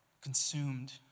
consumed